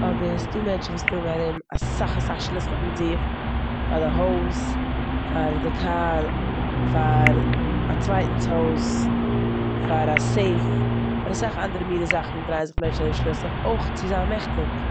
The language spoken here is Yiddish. אבער ס'דא מענטשן וואס טראגן ארום אסאך אסאך שליסליך מיט זיך פאר די הויז, פאר די קאר, פאר א צווייטנס הויז, פאר א סעיף, פאר אסאך אנדערע מינע זאכן דרייען זיך מענטשן ארום מיט שליסלעך. אויך צו זיין מעכטיג.